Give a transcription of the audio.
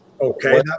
okay